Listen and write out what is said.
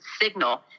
signal